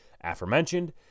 aforementioned